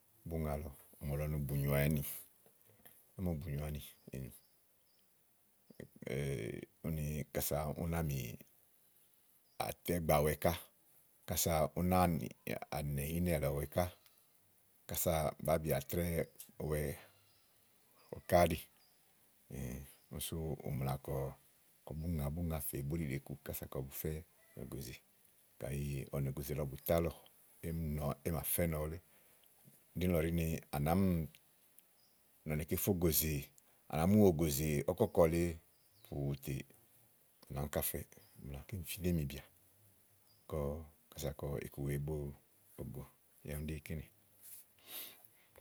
bú ŋalɔ ɔ̀mɔ̀lɔ nò bùnyoani ámòbuanì úni kása u náa náa àtɛ ígbawɛ ká ú náa nɛ̀ ínɛ̀ lèeɔwɛ ká kása bàáa bì atrɛ̀ɛwɛ ɔwɛ ká áɖì kíni su ù mla ni kɔ bú ŋa fè búɖìɖe ku kása kɔ bufɛ́ ògòzè. kàyi ɔwɔ nì ògò lɔ bù zá lɔ émi nɔ éè màfɛ́nɔ wulé níìlɔ ɖíni à nàámì nɔ ni ké fɛ́ ògòzè, à nàá mu bìso éèmì bìà kɔ kása kɔ iku wèe é bo òdò yá úni ɖi kínì.